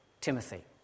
Timothy